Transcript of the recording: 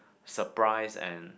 surprise and